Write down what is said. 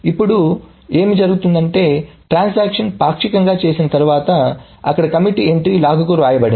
ఇప్పుడు ఏమి జరుగుతుందంటే ట్రాన్సాక్షన్ పాక్షికంగా చేసిన తర్వాత అక్కడ కమిట్ T ఎంట్రీ లాగ్కు వ్రాయబడుతుంది